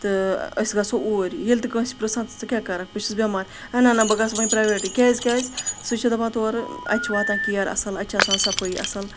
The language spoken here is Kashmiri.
تہٕ أسۍ گژھو اوٗرۍ ییٚلہِ تہِ کٲنٛسہِ پِرٛژھان ژٕ کیا کَرَکھ بہٕ چھس بٮ۪مار نہ نہ نہ بہٕ گژھٕ وۄنۍ پرٛیویٹٕے کیازِ کیازِ کیازِ سُہ چھِ دَپان تورٕ اَتہِ چھُ واتَان کیر اَصٕل اَتہِ چھِ آسان صفٲیی اَصٕل